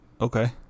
Okay